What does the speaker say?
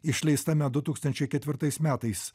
išleistame du tūkstančiai ketvirtais metais